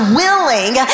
willing